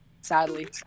Sadly